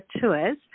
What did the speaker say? Tours